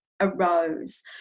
arose